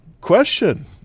Question